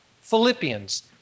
Philippians